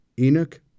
Enoch